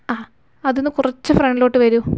അ അതിൽ നിന്ന് കുറച്ചു ഫ്രണ്ടിലോട്ട് വരു